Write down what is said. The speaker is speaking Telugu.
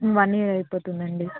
వన్ ఇయర్ అయిపోతుంది అండి